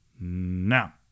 now